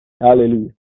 Hallelujah